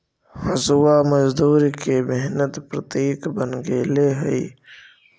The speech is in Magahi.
हँसुआ मजदूर के मेहनत के प्रतीक बन गेले हई